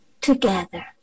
Together